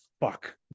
fuck